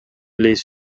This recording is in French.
les